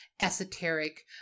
esoteric